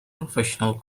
professional